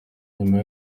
nyuma